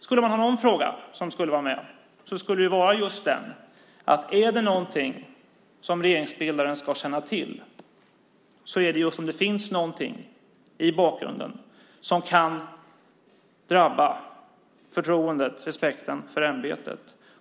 Skulle man ha någon fråga som kunde vara med skulle det vara just denna: Är det något som regeringsbildaren ska känna till är det just om det finns någonting i bakgrunden som kan drabba förtroendet och respekten för ämbetet.